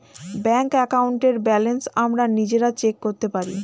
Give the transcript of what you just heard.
bank অ্যাকাউন্টের balance আমরা নিজেরা চেক করতে পারি